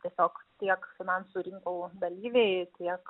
tiesiog tiek finansų rinkų dalyviai tiek